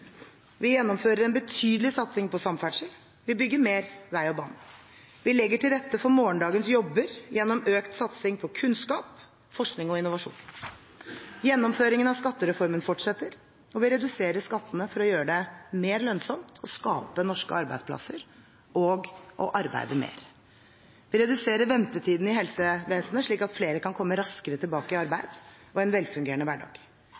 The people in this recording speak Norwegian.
Vi gjennomfører en betydelig satsing på samferdsel, vi bygger mer vei og bane. Vi legger til rette for morgendagens jobber gjennom økt satsing på kunnskap, forskning og innovasjon. Gjennomføringen av skattereformen fortsetter, og vi reduserer skattene for å gjøre det mer lønnsomt å skape norske arbeidsplasser og å arbeide mer. Vi reduserer ventetidene i helsevesenet, slik at flere kan komme raskere tilbake i arbeid og en velfungerende hverdag.